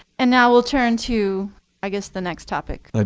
and now we'll turn to i guess the next topic. ah